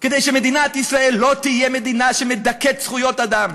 כדי שמדינת ישראל לא תהיה מדינה שמדכאת זכויות אדם.